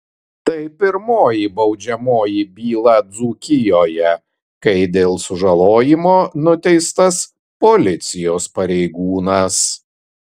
tai pirmoji baudžiamoji byla dzūkijoje kai dėl sužalojimo nuteistas policijos pareigūnas